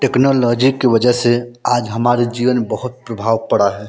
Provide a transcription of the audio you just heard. technology के वजह से आज हमारे जीवन बहुत प्रभाव पड़ा है